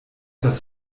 das